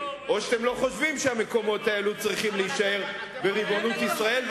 או שאתם לא חושבים שהמקומות האלה צריכים להישאר בריבונות ישראל,